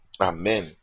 Amen